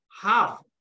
half